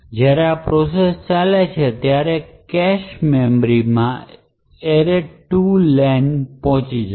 જ્યારે આ પ્રોસેસ ચાલે છે ત્યારે કેશ મેમરી માં array len પહોંચી જશે